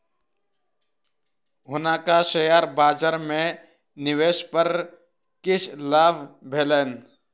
हुनका शेयर बजार में निवेश पर किछ लाभ भेलैन